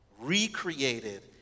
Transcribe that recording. Recreated